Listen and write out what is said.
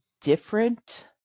different